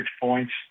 points